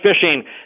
fishing